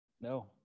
No